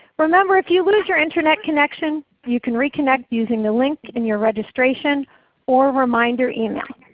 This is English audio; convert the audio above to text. remember if you lose your internet connection, you can reconnect using the link in your registration or reminder email.